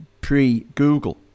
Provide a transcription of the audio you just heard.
pre-Google